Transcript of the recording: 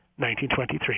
1923